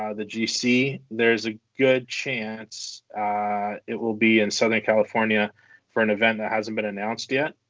ah the gc, there's a good chance it will be in southern california for an event that hasn't been announced yet.